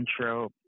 intro